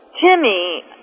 Jimmy